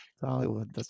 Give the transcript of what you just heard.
Hollywood